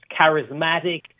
charismatic